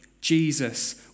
Jesus